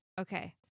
okay